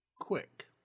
quick